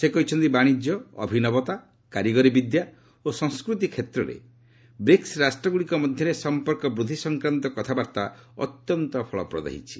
ସେ କହିଛନ୍ତି ବାଣିଜ୍ୟ ଅଭିନବତା କାରିଗରି ବିଦ୍ୟା ଓ ସଂସ୍କୃତି କ୍ଷେତ୍ରରେ ବ୍ରିକ୍ସ ରାଷ୍ଟ୍ରଗୁଡ଼ିକ ମଧ୍ୟରେ ସମ୍ପର୍କ ବୃଦ୍ଧି ସଂକ୍ରାନ୍ତ କଥାବାର୍ତ୍ତା ଫଳପ୍ରଦ ହୋଇଛି